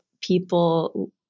people